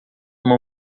uma